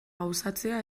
gauzatzea